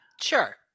Sure